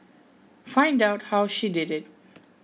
find out how she did it